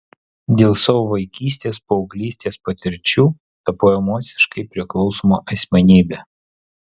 dėl savo vaikystės paauglystės patirčių tapau emociškai priklausoma asmenybe